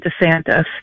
DeSantis